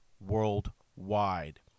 Worldwide